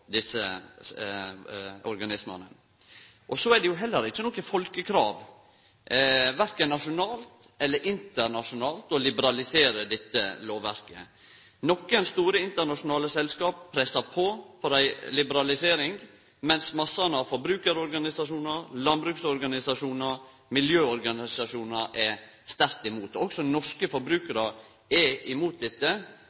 desse organismane. Så er det heller ikkje noko folkekrav, korkje nasjonalt eller internasjonalt, å liberalisere dette lovverket. Nokre store internasjonale selskap pressar på for ei liberalisering, mens massane av forbrukarorganisasjonar, landbruksorganisasjonar, miljøorganisasjonar er sterkt imot. Også norske